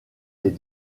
les